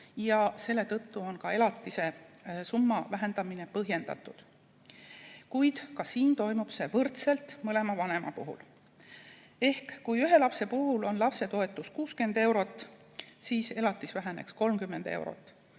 väiksemaks ja elatise summa vähendamine on põhjendatud. Kuid ka siin toimub see võrdselt mõlema vanema puhul. Ehk kui ühe lapse puhul on lapsetoetus 60 eurot, siis elatis väheneks 30 eurot.